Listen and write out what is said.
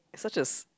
such as